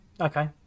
Okay